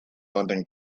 london